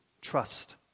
trust